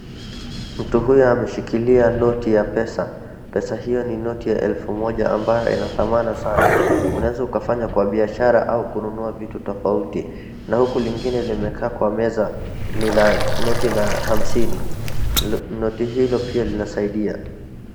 Mtu huyu ameshikilia noti ya pesa. Pesa hio ni noti ya elfu moja ambayo ina dhamana sana, unaweza ukafanya kwa biashara au kununua vitu tofauti na uku lingine limekaa kwa meza ni la noti la hamsini. Noti hilo pia linasaidia.